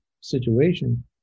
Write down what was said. situation